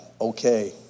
Okay